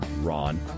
Ron